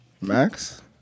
max